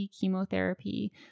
chemotherapy